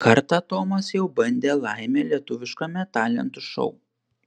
kartą tomas jau bandė laimę lietuviškame talentų šou